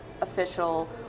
official